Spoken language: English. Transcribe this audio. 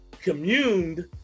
communed